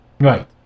Right